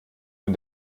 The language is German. von